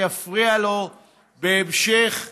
ויפריע לו בהמשך חייו?